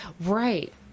right